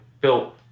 built